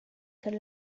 could